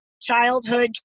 childhood